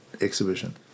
exhibition